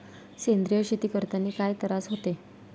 सेंद्रिय शेती करतांनी काय तरास होते?